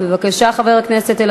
חוק ומשפט, והצעת החוק תועבר לוועדה זו.